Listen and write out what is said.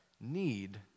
need